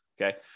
Okay